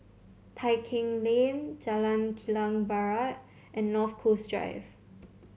Tai Keng Lane Jalan Kilang Barat and North Coast Drive